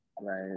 right